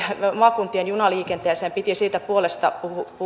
maakuntien junaliikenteeseen piti sen puolesta